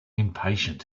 impatient